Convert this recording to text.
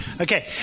okay